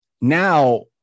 Now